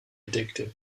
addictive